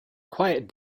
quiet